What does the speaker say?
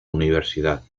universidad